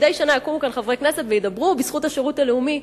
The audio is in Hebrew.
שמדי שנה יקומו כאן חברי כנסת וידברו בזכות השירות הלאומי.